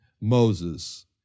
Moses